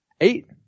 Eight